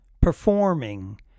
performing